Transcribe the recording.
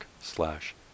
slash